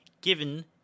given